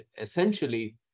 essentially